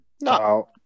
No